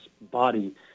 body